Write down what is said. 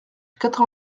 quatre